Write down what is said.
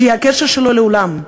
שהיא הקשר שלו לעולם,